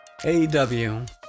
AEW